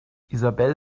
isabel